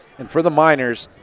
and for the miners,